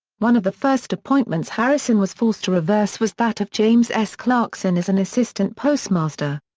one of the first appointments harrison was forced to reverse was that of james s. clarkson as an assistant postmaster.